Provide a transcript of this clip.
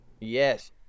Yes